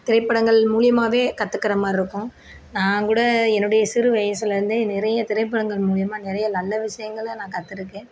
திரைப்படங்கள் மூலியமாகவே கத்துக்கிற மாதிரி இருக்கும் நான் கூட என்னுடைய சிறு வயசுலேருந்தே நிறைய திரைப்படங்கள் மூலியமாக நிறைய நல்ல விஷயங்கள நான் கத்துட்ருக்கேன்